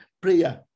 prayer